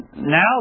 now